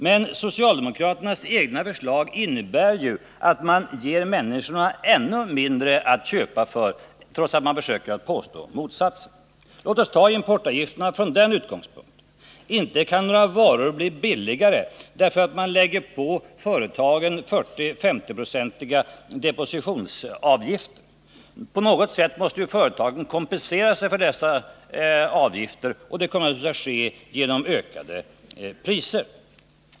Men socialdemokraternas egna förslag innebär ju att de vill ge människorna ännu mindre pengar att köpa för, trots att man försöker påstå motsatsen. Låt oss ta importavgifterna från den utgångspunkten. Inte kan några varor bli billigare därför att man lägger på företagen 40-50-procentiga depositionsavgifter. På något sätt måste ju företagen kompensera sig för dessa avgifter, och det kommer att ske genom ökade priser.